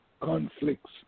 conflicts